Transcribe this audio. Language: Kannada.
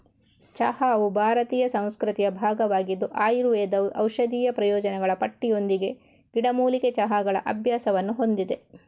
ಚಹಾವು ಭಾರತೀಯ ಸಂಸ್ಕೃತಿಯ ಭಾಗವಾಗಿದ್ದು ಆಯುರ್ವೇದವು ಔಷಧೀಯ ಪ್ರಯೋಜನಗಳ ಪಟ್ಟಿಯೊಂದಿಗೆ ಗಿಡಮೂಲಿಕೆ ಚಹಾಗಳ ಅಭ್ಯಾಸವನ್ನು ಹೊಂದಿದೆ